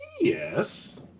Yes